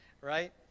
right